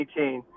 2018